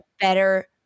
better